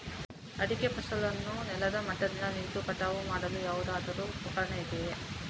ಅಡಿಕೆ ಫಸಲನ್ನು ನೆಲದ ಮಟ್ಟದಿಂದ ನಿಂತು ಕಟಾವು ಮಾಡಲು ಯಾವುದಾದರು ಉಪಕರಣ ಇದೆಯಾ?